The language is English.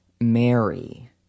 Mary